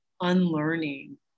unlearning